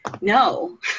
no